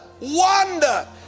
Wonder